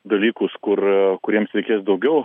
dalykus kur kuriems reikės daugiau